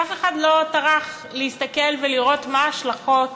שאף אחד לא טרח להסתכל ולראות מה ההשלכות